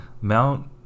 Mount